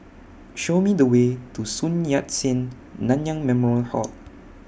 Show Me The Way to Sun Yat Sen Nanyang Memorial Hall